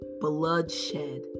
bloodshed